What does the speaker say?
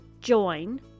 join